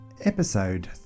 Episode